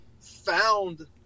found